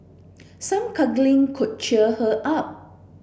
some cuddling could cheer her up